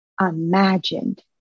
imagined